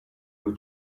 new